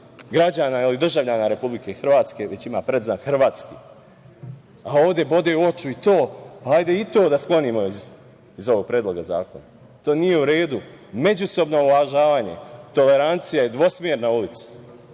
građana ili državljana Republike Hrvatske, već ima predznak – hrvatski. A ovde bode oči i to, pa hajde i to da sklonimo iz ovog predloga zakona. To nije u redu. Međusobno uvažavanje i tolerancija je dvosmerna ulica.